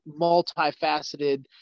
multifaceted